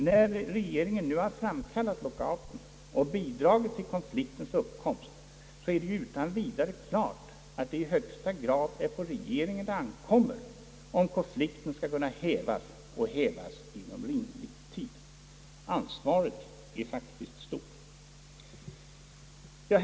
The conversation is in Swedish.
När regeringen nu har framkallat lockouten och bidragit till konfliktens uppkomst står det helt klart att det är på regeingen det ankommer om konflikten skall kunna hävas inom rimlig tid. Ansvaret är faktiskt stort.